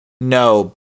No